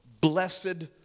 blessed